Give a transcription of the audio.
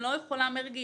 אני לא יכולה מרגי,